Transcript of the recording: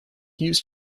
used